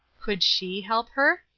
could she help her?